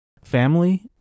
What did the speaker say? Family